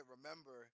Remember